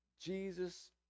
Jesus